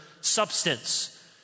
substance